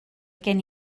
gen